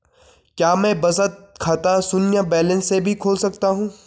क्या मैं बचत खाता शून्य बैलेंस से भी खोल सकता हूँ?